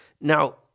Now